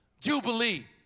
jubilee